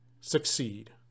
succeed